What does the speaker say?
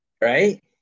Right